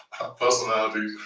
Personality